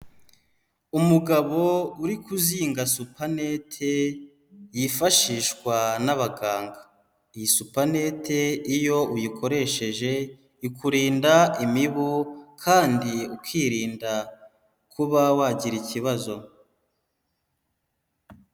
Umugabo uri kuzinga supanete yifashishwa n'abaganga, iyi supanete iyo uyikoresheje ikurinda imibu kandi ukirinda kuba wagira ikibazo.